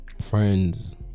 friends